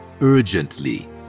urgently